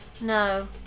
No